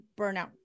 burnout